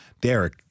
Derek